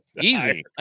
Easy